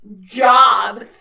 job